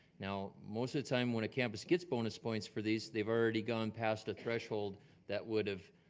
now, most of the time when a campus gets bonus points for these, they've already gone past the threshold that would've,